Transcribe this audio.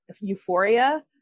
euphoria